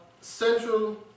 central